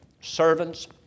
Servants